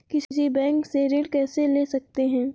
किसी बैंक से ऋण कैसे ले सकते हैं?